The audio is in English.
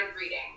reading